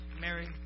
Mary